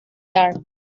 dar